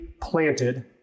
planted